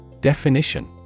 Definition